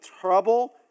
trouble